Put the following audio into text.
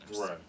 Right